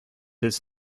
his